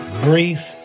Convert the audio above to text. brief